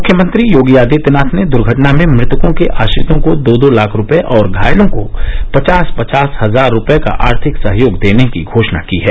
मुख्यमंत्री योगी आदित्यनाथ ने दुर्घटना में मृतकों के आश्रितों को दो दो लाख रूपये और घायलों को पचास पचास हजार रूपये का आर्थिक सहयोग देने की घोषणा की है